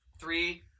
Three